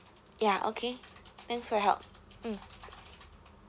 ya okay thanks for your help mm